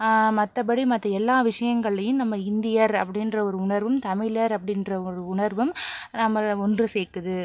மற்றபடி மற்ற எல்லா விஷயங்களியும் நம்ம இந்தியர் அப்படின்ற ஒரு உணர்வும் தமிழர் அப்படின்ற ஒரு உணர்வும் நம்ம ஒன்று சேர்க்குது